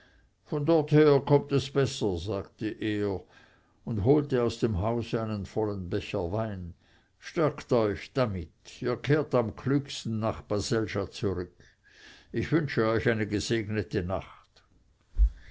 von dorther kommt es besser sagte er und holte aus dem hause einen vollen becher wein stärkt euch damit ihr kehrt am klügsten nach baselgia zurück ich wünsche euch eine gesegnete nacht